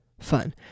fun